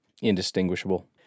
indistinguishable